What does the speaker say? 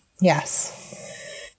Yes